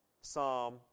psalm